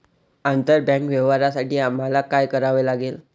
आंतरबँक व्यवहारांसाठी आम्हाला काय करावे लागेल?